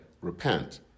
Repent